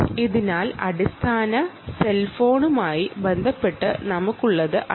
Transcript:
അതിനാൽ സെൽ ഫോണുമായി ബന്ധപ്പെട്ട് നമുക്കുള്ളത് അതാണ്